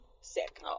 sick